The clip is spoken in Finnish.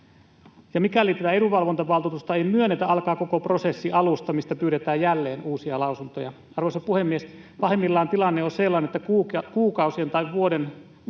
Ja mikäli tätä edunvalvontavaltuutusta ei myönnetä, alkaa koko prosessi alusta, ja jälleen pyydetään uusia lausuntoja. Arvoisa puhemies! Pahimmillaan tilanne on sellainen, että kuukausien tai vuoden aikana